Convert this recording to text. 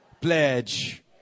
pledge